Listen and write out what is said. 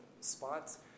spots